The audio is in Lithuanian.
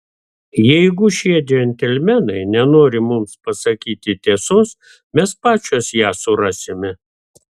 jeigu šie džentelmenai nenori mums pasakyti tiesos mes pačios ją surasime